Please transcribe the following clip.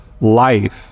life